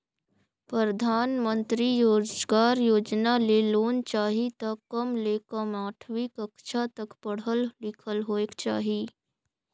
परधानमंतरी रोजगार योजना ले लोन चाही त कम ले कम आठवीं कक्छा तक पढ़ल लिखल होएक चाही